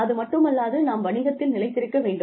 அதுமட்டுமல்லாது நாம் வணிகத்தில் நிலைத்திருக்க வேண்டும்